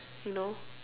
you know